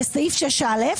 בסעיף 6(א),